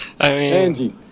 Angie